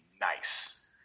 nice